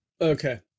Okay